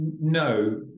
no